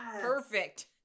Perfect